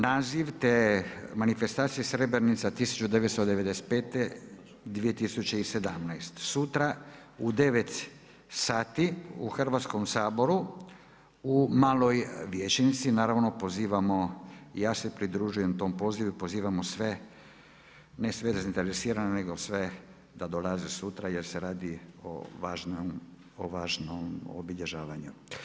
Naziv te manifestacije „Srebrenica 1995.-2017.“ sutra u 9,00 sati u Hrvatskom saboru u Maloj vijećnici naravno pozivamo i ja se pridružujem tom pozivu i pozivamo sve ne sve zainteresirane nego sve da dolaze sutra jer se radi o važnom obilježavanju.